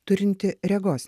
turinti regos